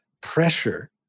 pressure